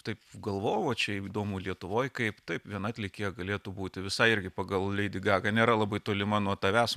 taip galvojau va čia įdomu lietuvoj kaip taip viena atlikėja galėtų būti visai irgi pagal lady gaga nėra labai tolima nuo tavęs